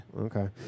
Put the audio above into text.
okay